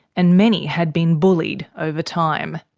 and many had been bullied over time.